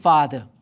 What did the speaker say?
Father